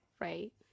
Right